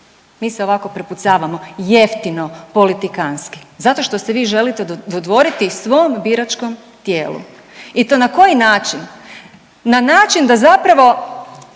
Mi se ovako prepucavamo jeftino politikanski zato što se vi želite dodvoriti svom biračkom tijelu. I to na koji način? Na način da zapravo